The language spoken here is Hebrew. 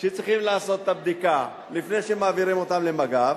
שצריכים לעשות את הבדיקה לפני שמעבירים אותם למג"ב,